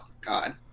God